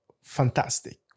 fantastic